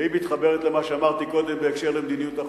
והיא מתחברת למה שאמרתי קודם בהקשר של מדיניות החוץ,